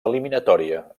eliminatòria